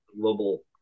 global